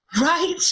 right